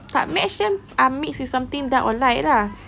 tak match kan ah mix with something dark or light lah